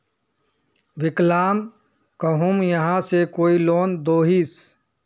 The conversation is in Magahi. विकलांग कहुम यहाँ से कोई लोन दोहिस?